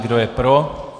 Kdo je pro?